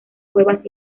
cuevas